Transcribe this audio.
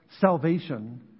salvation